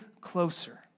closer